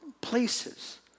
places